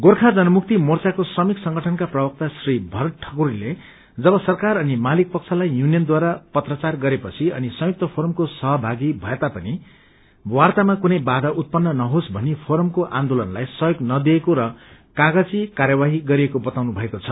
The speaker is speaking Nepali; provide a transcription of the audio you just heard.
गोर्खा जनमुक्ति मोर्खाको श्रमिक संगठनका प्रवक्ता श्री भरत ठक्करीले जब सरकार अनि मालिक पक्षलाई युनियनद्वारा पत्राचार गरे पछि अनि संयुक्त फोरमको सहभागी भए तापनि वार्तामा कुनै वाया उत्पन्न नसेस भनी फोरमको आन्दोलनलाई सहयोग नदिएको र कागजी कार्यवाही गरिएको षताउनु भएको छ